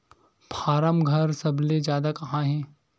form घर सबले जादा कहां हे